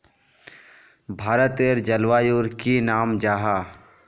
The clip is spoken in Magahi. भारतेर जलवायुर की नाम जाहा?